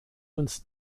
uns